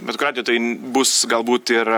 bet kuriuo atveju tai bus galbūt ir